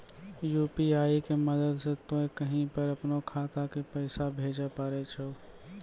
UPI के मदद से तोय कहीं पर अपनो खाता से पैसे भेजै पारै छौ